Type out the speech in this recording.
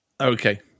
Okay